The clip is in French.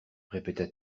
répéta